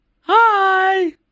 Hi